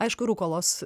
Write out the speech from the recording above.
aišku rukolos